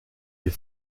est